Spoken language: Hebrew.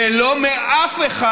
ולא מאף אחד.